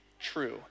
true